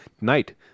Night